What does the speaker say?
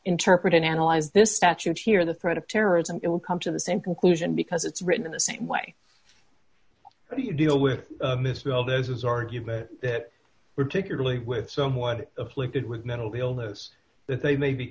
interpret and analyze this statute here the threat of terrorism it will come to the same conclusion because it's written in the same way how do you deal with this well this is argument that particularly with someone of like that with mental illness that they may be